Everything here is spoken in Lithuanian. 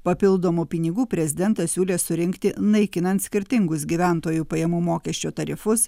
papildomų pinigų prezidentas siūlė surinkti naikinant skirtingus gyventojų pajamų mokesčio tarifus